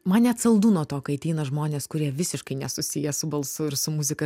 man net saldu nuo to kai ateina žmonės kurie visiškai nesusiję su balsu ir su muzika